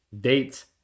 dates